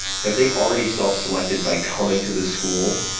have they already self selected by coming to this school,